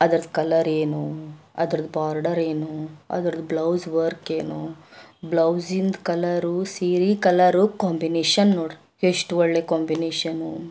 ಅದ್ರದ್ದು ಕಲರ್ ಏನು ಅದ್ರದ್ದು ಬಾರ್ಡರ್ ಏನು ಅದ್ರದ್ದು ಬ್ಲೌಸ್ ವರ್ಕ್ ಏನು ಬ್ಲೌಸಿಂದು ಕಲರು ಸೀರೆ ಕಲರು ಕಾಂಬಿನೇಷನ್ ನೋಡ್ರಿ ಎಷ್ಟು ಒಳ್ಳೆ ಕಾಂಬಿನೇಷನು